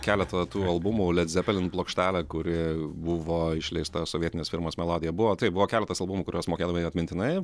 keletą tų albumų led zepelin plokštelė kuri buvo išleista sovietinės firmos melodija buvo taip buvo keletas albumų kuriuos mokėdavai atmintinai